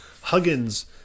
Huggins